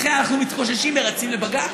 לכן אנחנו מתגוששים ורצים לבג"ץ.